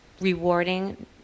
rewarding